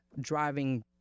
driving